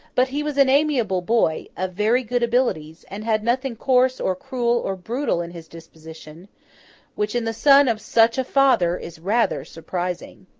but, he was an amiable boy, of very good abilities, and had nothing coarse or cruel or brutal in his disposition which in the son of such a father is rather surprising.